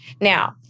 Now